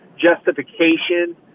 justification